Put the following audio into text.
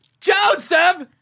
Joseph